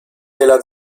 della